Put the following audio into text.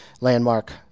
landmark